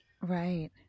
Right